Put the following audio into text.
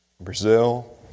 Brazil